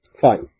Fine